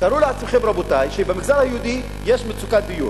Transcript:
תארו לעצמכם, רבותי, שבמגזר היהודי יש מצוקת דיור.